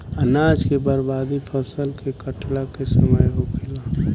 अनाज के बर्बादी फसल के काटला के समय होखेला